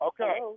Okay